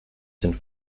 sind